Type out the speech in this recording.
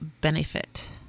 benefit